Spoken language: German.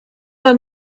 man